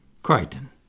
Crichton